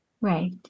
Right